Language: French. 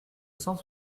cent